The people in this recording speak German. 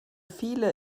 viele